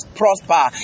prosper